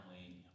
family